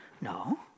No